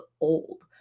old